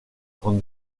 grande